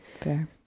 Fair